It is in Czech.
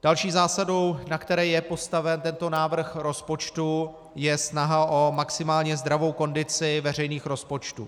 Další zásadou, na které je postaven tento návrh rozpočtu, je snaha o maximálně zdravou kondici veřejných rozpočtů.